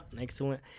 excellent